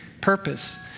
purpose